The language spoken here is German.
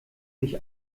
mich